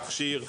להכשיר,